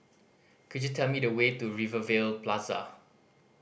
could you tell me the way to Rivervale Plaza